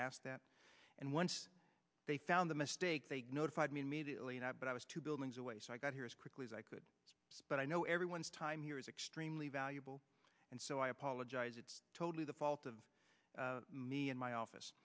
asked that and once they found the mistake they notified me immediately not but i was two buildings away so i got here as quickly as i could but i know everyone's time here is extremely valuable and so i apologize it's totally the fault of me and my office